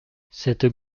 cette